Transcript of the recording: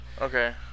Okay